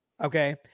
Okay